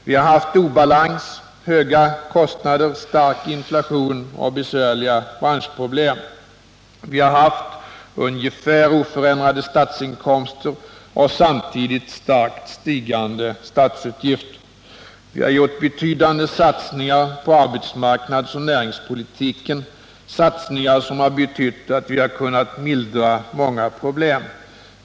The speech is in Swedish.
Vi har haft obalans, höga kostnader, stark inflation och besvärliga branschproblem. Vi har haft ungefär oförändrade statsinkomster och samtidigt starkt stigande statsutgifter. Vi har gjort betydande satsningar på arbetsmarknadsoch näringspolitiken, satsningar som betytt att vi har kunnat mildra många problem.